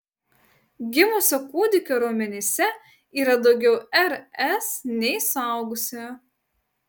gimusio kūdikio raumenyse yra daugiau rs nei suaugusiojo